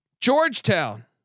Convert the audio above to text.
Georgetown